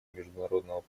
международного